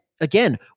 again